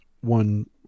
one